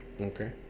Okay